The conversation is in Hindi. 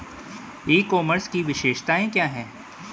ई कॉमर्स की विशेषताएं क्या हैं?